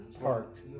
parked